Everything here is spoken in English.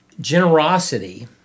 generosity